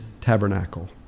tabernacle